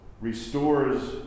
restores